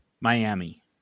Miami